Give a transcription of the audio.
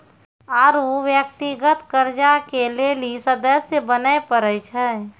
आरु व्यक्तिगत कर्जा के लेली सदस्य बने परै छै